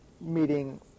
meeting